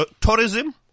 tourism